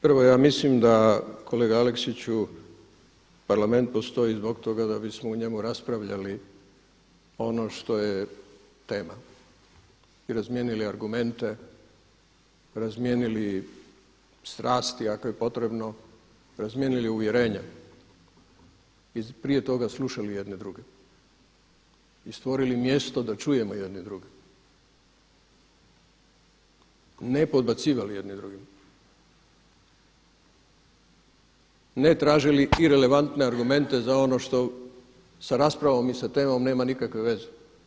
Prvo, ja mislim da kolega Aleksiću Parlament postoji zbog toga da bismo u njemu raspravljali ono što je tema i razmijenili argumente, razmijenili strasti ako je potrebno, razmijenili uvjerenja i prije toga slušali jedne druge i stvorili mjesto da čujemo jedni druge, ne podbacivali jedni drugima, ne tražili irelevantne argumente za ono što sa raspravom i sa temom nema nikakve veze.